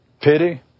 pity